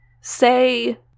say